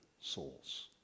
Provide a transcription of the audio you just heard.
souls